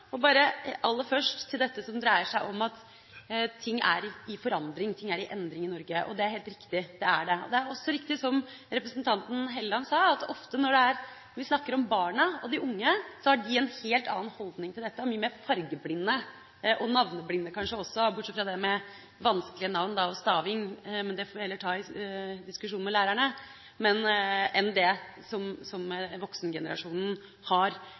Aller først til dette som dreier seg om at ting er i forandring, i endring, i Norge. Det er helt riktig. Det er det. Det er også riktig, som representanten Helleland sa, at ofte når vi snakker om barna og de unge, har de en helt annen holdning til dette. De er mer fargeblinde, kanskje også navneblinde – rent bortsett fra dette med vanskelige navn og staving, den diskusjonen får vi ta med lærerne – enn det voksengenerasjonen er. Samtidig syns jeg det er viktig å understreke at sjøl om ting er i endring, er det mange som